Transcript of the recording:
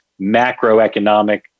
macroeconomic